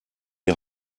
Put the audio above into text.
die